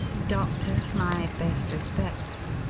doctor, my best respects,